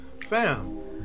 fam